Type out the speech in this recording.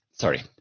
Sorry